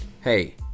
hey